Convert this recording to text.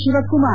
Shivakumar